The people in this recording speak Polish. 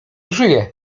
żyje